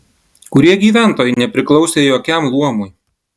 kurie gyventojai nepriklausė jokiam luomui